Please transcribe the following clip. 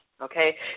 okay